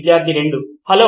విద్యార్థి 2 హలో